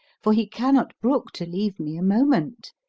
for he cannot brook to leave me a moment.